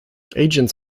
agents